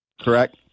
correct